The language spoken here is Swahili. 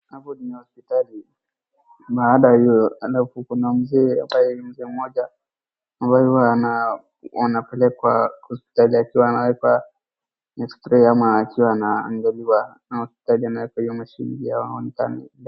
Hapo ni hospitali na uko na mzee ambaye ni mzee mmoja ambaye huwa anapelekwa hospitali anawekwa akiwa X-ray akiwa anaangaliwa kwenye hiyo mashini.